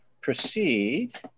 proceed